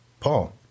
Paul